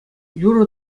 юрӑ